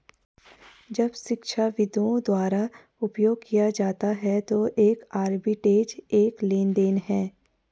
जब शिक्षाविदों द्वारा उपयोग किया जाता है तो एक आर्बिट्रेज एक लेनदेन है